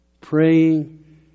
praying